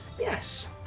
Yes